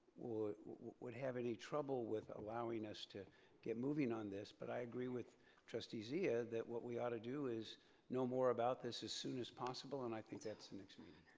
would have any trouble with allowing us to get moving on this but i agree with trustee zia that what we oughta do is know more about this as soon as possible and i think that's the next meeting.